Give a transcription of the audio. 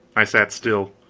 i sat still.